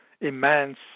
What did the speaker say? immense